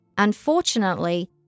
Unfortunately